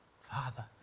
Father